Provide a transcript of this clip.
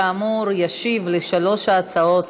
כאמור, ישיב על שלוש ההצעות